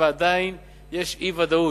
ועדיין יש אי-ודאות.